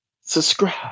subscribe